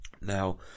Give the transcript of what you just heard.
Now